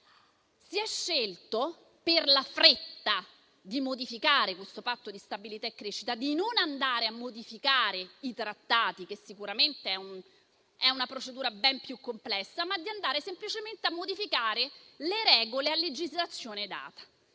Si è scelto, per la fretta di modificare questo Patto di stabilità e crescita, di non modificare i trattati, che sicuramente è una procedura ben più complessa, ma semplicemente modificare le regole a legislazione data.